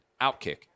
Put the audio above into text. OutKick